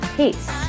peace